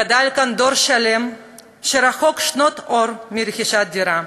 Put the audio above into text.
גדל כאן דור שלם שרחוק שנות אור מרכישת דירה.